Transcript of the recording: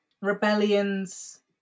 Rebellions